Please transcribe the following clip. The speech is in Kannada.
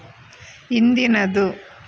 ಇಂದಿನದು